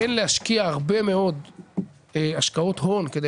כן להשקיע הרבה מאוד השקעות הון כדי